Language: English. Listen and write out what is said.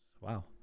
wow